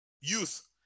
youth